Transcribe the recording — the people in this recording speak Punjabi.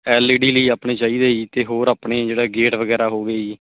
ਐਲ ਈ ਡੀ ਲਈ ਆਪਣੀ ਚਾਹੀਦੇ ਜੀ ਅਤੇ ਹੋਰ ਆਪਣੇ ਜਿਹੜਾ ਗੇਟ ਵਗੈਰਾ ਹੋਵੇ ਜੀ